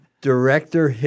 Director